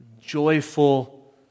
joyful